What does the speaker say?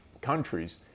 countries